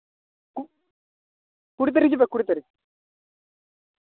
ᱠᱩᱲᱤ ᱛᱟᱹᱨᱤᱠᱷ ᱦᱤᱡᱩᱜ ᱯᱮ ᱠᱩᱲᱤ ᱛᱟᱹᱨᱤᱠᱷ